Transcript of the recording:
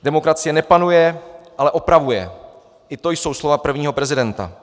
Demokracie nepanuje, ale opravuje, i to jsou slova prvního prezidenta.